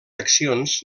accions